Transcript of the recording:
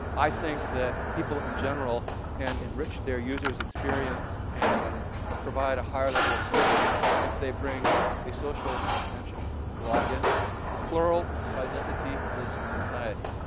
i think that people, in general, can enrich their users' experience and provide a higher level of service if they bring a social social dimension to login. the plural of identity is society.